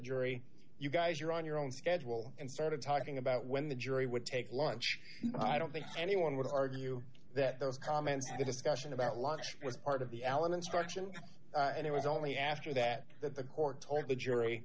jury you guys are on your own schedule and started talking about when the jury would take lunch i don't think anyone would argue that those comments the discussion about lunch was part of the allen instruction and it was only after that that the court told the jury